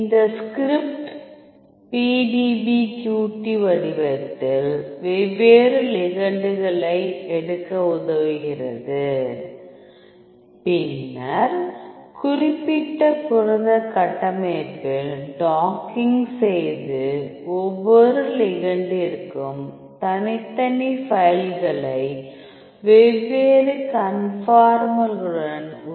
இந்த script PDBQT வடிவத்தில் வெவ்வேறு லிகெண்ட்களை எடுக்க உதவுகிறது பின்னர் குறிப்பிட்ட புரத கட்டமைப்பில் டாக்கிங் செய்து ஒவ்வொரு லிகெண்டிற்கும் தனித்தனி ஃபைல்களை வெவ்வேறு கன்ஃபார்மர்களுடன் உருவாக்கும்